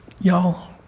Y'all